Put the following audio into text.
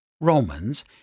Romans